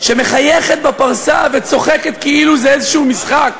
שמחייכת בפרסה וצוחקת כאילו זה איזה משחק,